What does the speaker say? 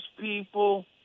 people